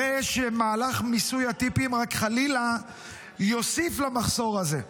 הרי שמהלך מיסוי הטיפים רק חלילה יוסיף למחסור הזה.